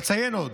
נציין עוד